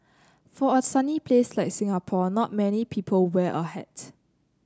for a sunny place like Singapore not many people wear a hat